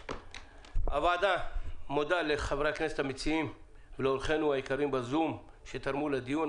הוועדה מודה לחברי הכנסת המציעים ולאורחינו היקרים בזום שתרמו לדיון.